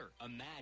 Imagine